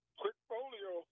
portfolio